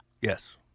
Yes